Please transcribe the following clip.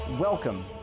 Welcome